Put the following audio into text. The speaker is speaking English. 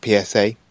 PSA